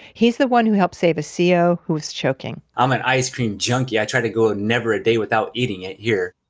he's the one who helped save a co ah who was choking i'm an ice cream junkie. i try to go never a day without eating it here.